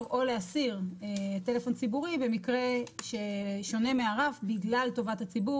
או להסיר טלפון ציבורי במקרה ששונה מהרף בגלל טובת הציבור,